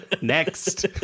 Next